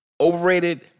overrated